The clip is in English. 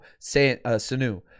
Sanu